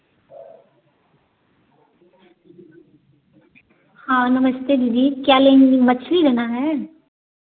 हाँ नमस्ते दीदी क्या लेंगी मछली लेना है